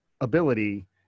ability